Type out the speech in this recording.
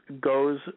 goes